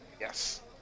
Yes